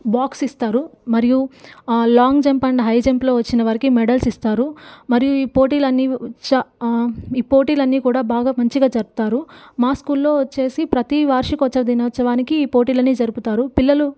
box ఇస్తారు మరియు long jump and high జంప్లో వచ్చిన వారికి మెడల్స్ ఇస్తారు మరియు ఈ పోటీలు అన్ని ఈ పోటీలు అన్ని కూడా ఈ పోటీలు బాగా మంచిగా జరుపుతారు మా స్కూల్లో వచ్చి ప్రతి వార్షికోత్సవ దినోత్సవానికి ఈ పోటీలు అన్ని జరుపుతారు పిల్లలు